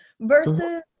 versus